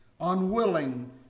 unwilling